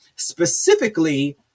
Specifically